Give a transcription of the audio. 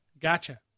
Gotcha